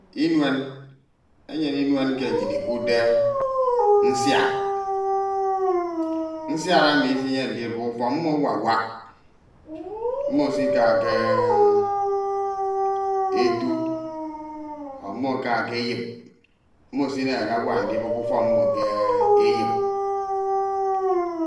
. Inuan, enyene inuen kied nmyin ikuudde nsiad, nsiad emi isiyem ndibup ufọk mmo awawak, mmo esika ke etu or mmo eka ke egip. Mmo esineñede awok ndibup ufok mmo ke eyip,